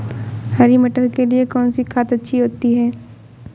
हरी मटर के लिए कौन सी खाद अच्छी होती है?